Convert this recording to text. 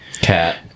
Cat